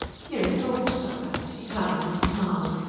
here a thought struck her she coloured and smiled.